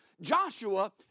Joshua